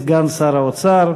סגן שר האוצר.